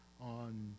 on